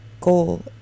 goal